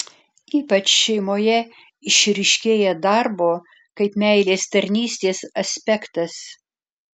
ypač šeimoje išryškėja darbo kaip meilės tarnystės aspektas